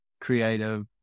creative